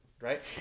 right